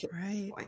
right